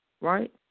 right